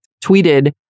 tweeted